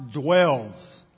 dwells